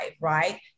right